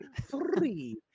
three